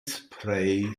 spray